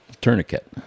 tourniquet